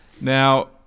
Now